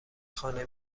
خانه